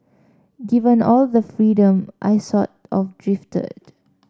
given all the freedom I sort of drifted